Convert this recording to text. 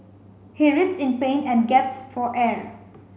he writhed in pain and gasped for air